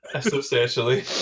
Substantially